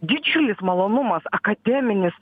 didžiulis malonumas akademinis